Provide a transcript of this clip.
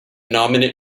nominate